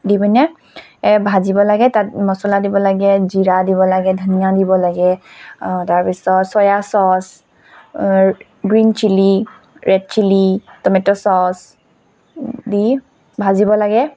দি পিনে ভাজিব লাগে তাত মচলা দিব লাগে জীৰা দিব লাগে ধনিয়া দিব লাগে তাৰপিছত soya sauce green chilli red chilli tomato sauce দি ভাজিব লাগে